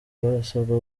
barasabwa